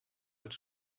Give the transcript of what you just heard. als